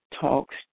talks